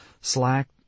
Slack